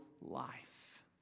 life